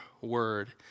word